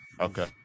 okay